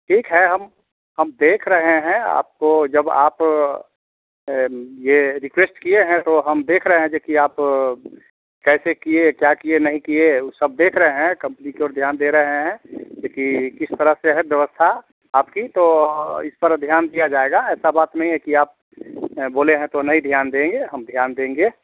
ठीक है हम हम देख रहे हैं आपको जब आप यह रिक्वेस्ट किए हैं तो हम देख रहे हैं देखिए आप कैसे किए क्या किए नहीं किए वह सब देख रहे हैं कम्पनी की ओर ध्यान दे रहे हैं कि किस तरह से है व्यवस्था आपकी तो इस पर ध्यान दिया जाएगा ऐसा बात नहीं है कि आप बोले हैं तो नहीं ध्यान देंगें हम ध्यान देंगे